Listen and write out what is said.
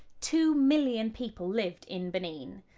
two million people lived in benin.